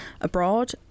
abroad